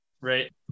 right